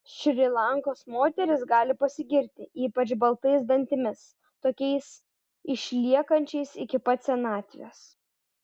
šri lankos moterys gali pasigirti ypač baltais dantimis tokiais išliekančiais iki pat senatvės